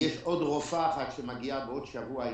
יש עוד רופאה אחת שתגיע בעוד שבוע,